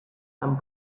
and